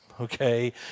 Okay